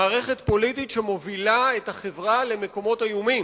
מערכת פוליטית שמובילה את החברה למקומות איומים.